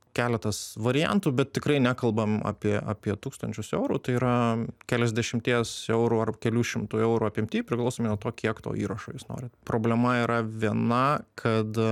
keletas variantų bet tikrai nekalbam apie apie tūkstančius eurų tai yra keliasdešimties eurų ar kelių šimtų eurų apimty priklausomai nuo to kiek to įrašo jūs norit problema yra viena kad